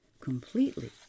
completely